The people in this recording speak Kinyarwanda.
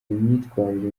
imyitwarire